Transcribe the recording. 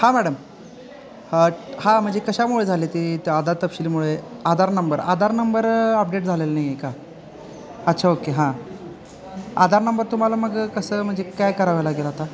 हां मॅडम हां म्हणजे कशामुळे झाले ते तर आधार तपशीलमुळे Aadhaar number Aadhaar number update झालेलं नाही आहे का अच्छा ओके हां आधार नंबर तुम्हाला मग कसं म्हणजे काय करावं लागेल आता